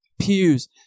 pews